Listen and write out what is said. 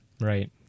Right